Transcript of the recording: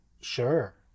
Sure